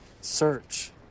search